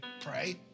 Pray